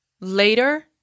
later